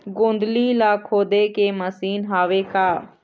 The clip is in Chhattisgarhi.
गोंदली ला खोदे के मशीन हावे का?